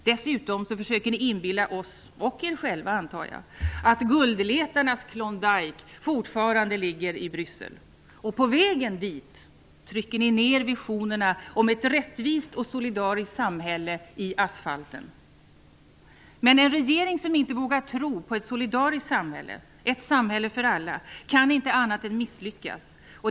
Dessutom försöker ni inbilla oss, och förmodligen också er själva, att guldletarnas Klondike fortfarande ligger i Bryssel. Och på vägen dit trycker ni ner visionerna om ett rättvist och solidariskt samhälle i asfalten. Men en regering som inte vågar tro på ett solidariskt samhälle, ett samhälle för alla, kan inte annat än misslyckas.